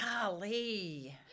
Golly